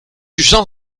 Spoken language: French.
jean